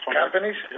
companies